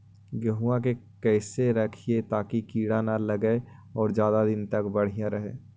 गेहुआ के कैसे रखिये ताकी कीड़ा न लगै और ज्यादा दिन तक बढ़िया रहै?